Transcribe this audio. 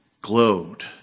glowed